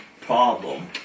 problem